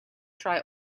try